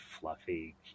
fluffy